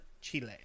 Chile